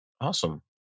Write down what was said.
Awesome